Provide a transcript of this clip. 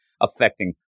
affecting